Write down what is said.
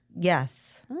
Yes